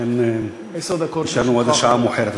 ולכן נשארנו עד השעה המאוחרת הזאת.